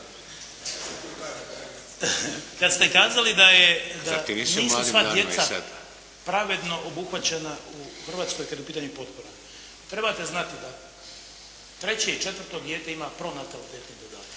sad?/… … da nisu sva djeca pravedno obuhvaćena u Hrvatskoj kad je u pitanju potpora. Trebate znati da treće i četvrto dijete ima pronatalitetni dodatak.